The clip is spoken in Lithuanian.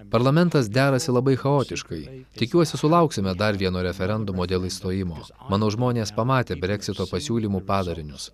parlamentas derasi labai chaotiškai tikiuosi sulauksime dar vieno referendumo dėl išstojimo manau žmonės pamatė breksito pasiūlymų padarinius